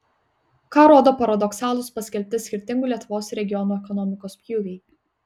ką rodo paradoksalūs paskelbti skirtingų lietuvos regionų ekonomikos pjūviai